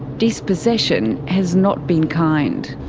dispossession has not been kind.